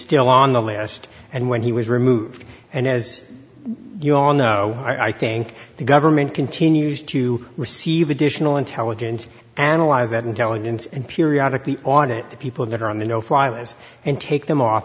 still on the list and when he was removed and as you all know i think the government continues to receive additional intelligence analyze that intelligence and periodically audit the people that are on the no fly list and take them off